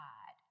God